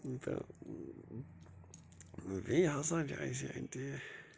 تہٕ بیٚیہِ ہسا چھِ اَسہِ اَتہِ